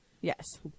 Yes